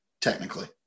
technically